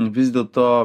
vis dėlto